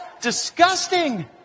disgusting